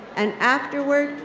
and afterward,